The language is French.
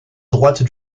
droite